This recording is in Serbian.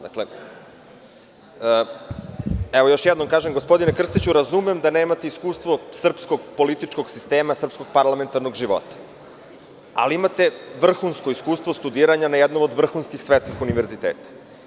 Dakle, još jednom kažem, gospodine Krstiću, razumem da nemate iskustvo srpskog političkog sistema, srpskog parlamentarnog života, ali imate vrhunsko iskustvo studiranja na jednom od vrhunskih svetskih univerziteta.